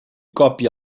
còpia